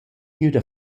gnüda